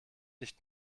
nicht